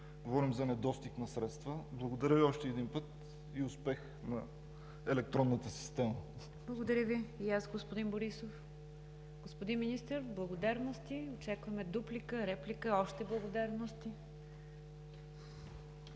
говорим за недостиг на средства. Благодаря Ви още веднъж и успех на електронната система! ПРЕДСЕДАТЕЛ НИГЯР ДЖАФЕР: Благодаря Ви и аз, господин Борисов. Господин Министър, благодарности. Очакваме дуплика, реплика, още благодарности.